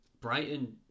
Brighton